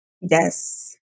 Yes